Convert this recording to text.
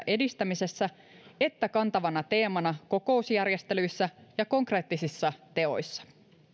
edistämisessä että kantavana teemana kokousjärjestelyissä ja konkreettisissa teoissa